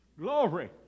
Glory